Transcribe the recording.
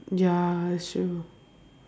ya that's true